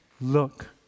look